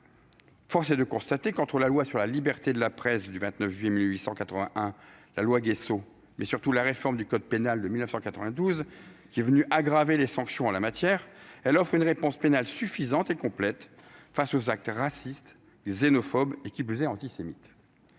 Force est de constater qu'entre la loi sur la liberté de la presse du 29 juillet 1881, la loi Gayssot et, surtout, la réforme du code pénal de 1992, qui a aggravé les sanctions en la matière, notre ordre juridique offre une réponse pénale suffisante et complète face aux actes racistes et xénophobes, qui plus est antisémites.